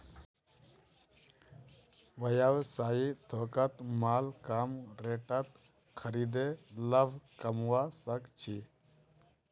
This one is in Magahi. व्यवसायी थोकत माल कम रेटत खरीदे लाभ कमवा सक छी